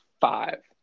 five